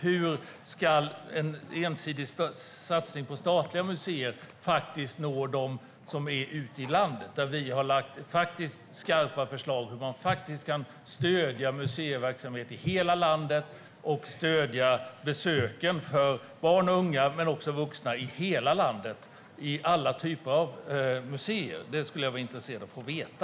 Det skulle jag vara intresserad av att få veta. Vi har lagt fram skarpa förslag om hur man kan stödja museiverksamhet i hela landet och stödja besöken av barn och unga men också vuxna i hela landet på alla typer av museer.